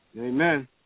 Amen